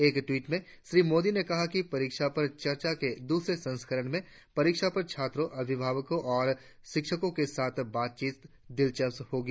एक टवीट में श्री मोदी ने कहा कि परीक्षा पर चर्चा के द्रसरे संस्करण में परीक्षा पर छात्रों अभिभावकों और शिक्षकों के साथ बातचीत दिलचस्प होगी